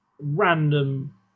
Random